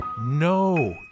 no